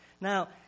Now